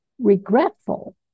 regretful